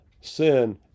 sin